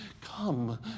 come